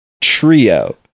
trio